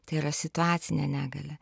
tai yra situacinė negalia